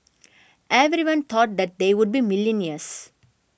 everyone thought they would be millionaires